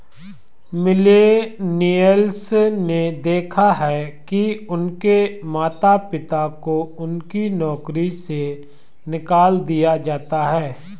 millennials ने देखा है कि उनके माता पिता को उनकी नौकरी से निकाल दिया जाता है